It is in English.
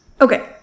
okay